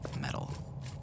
metal